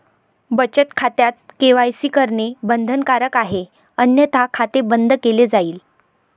बचत खात्यात के.वाय.सी करणे बंधनकारक आहे अन्यथा खाते बंद केले जाईल